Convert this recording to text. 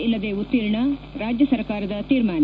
ಇಲ್ಲದೆ ಉತ್ತೀರ್ಣ ರಾಜ್ಯ ಸರ್ಕಾರ ತೀರ್ಮಾನ